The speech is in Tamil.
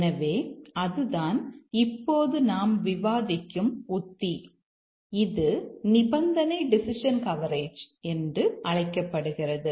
எனவே அதுதான் இப்போது நாம் விவாதிக்கும் உத்தி இது நிபந்தனை டெசிஷன் கவரேஜ் என்று அழைக்கப்படுகிறது